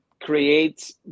create